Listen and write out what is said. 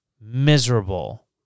miserable